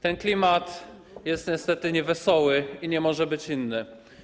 Ten klimat jest niestety niewesoły i nie może być inny.